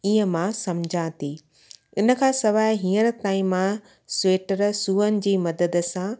ईअं मां सम्झा थी इन खां सवाइ हीअंर ताईं मां स्वेटर सूअनि जी मदद सां